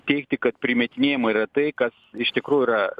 teigti kad primetinėjama yra tai kas iš tikrųjų yra